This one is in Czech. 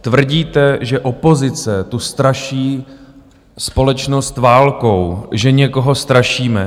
Tvrdíte, že opozice tu straší společnost válkou, že někoho strašíme.